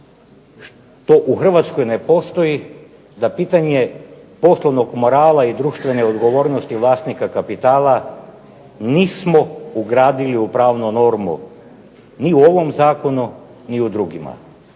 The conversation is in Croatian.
što u Hrvatskoj ne postoji da pitanje poslovnog morala i društvene odgovornosti vlasnika kapitala nismo ugradili u pravnu normu ni u ovom zakonu ni u drugima.